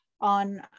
on